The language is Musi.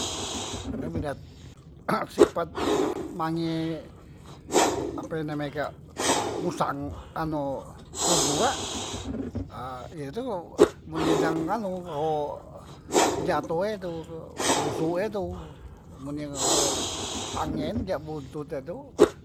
Nak bidat sipat mange ape name kak musang anu telegu kak aa ye tu men ye dang anu kleho senjato e tu bosok e tu men ye ngeleho angen jak bontot e tu.